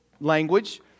language